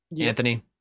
Anthony